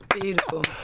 beautiful